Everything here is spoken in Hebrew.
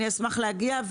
מצוין, אני אשמח להגיע.